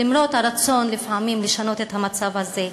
למרות הרצון לפעמים לשנות את המצב הזה.